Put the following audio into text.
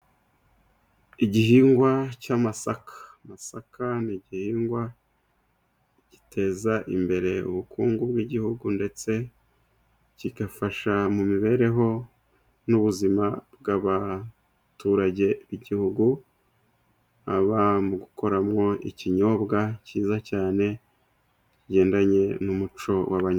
Igihingwa cy' amasaka. Amasaka ni gihingwa giteza imbere ubukungu bw' igihugu, ndetse kigafasha mu mibereho n' ubuzima bw' abaturage b' igihugu gukoramo ikinyobwa cyiza cyane kigendanye n' umuco abanya(...)